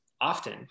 often